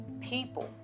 people